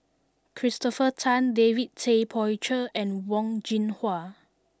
Christopher Tan David Tay Poey Cher and Wen Jinhua